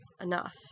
enough